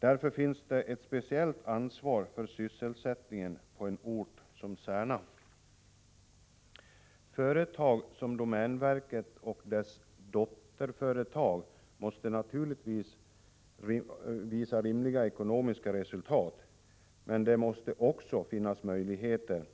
Därför finns det ett speciellt ansvar för sysselsättningen på en ort som Särna. Företag som domänverket och dess dotterföretag måste naturligtvis visa rimliga ekonomiska resultat, men det måste också finnas möjligheter